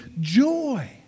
joy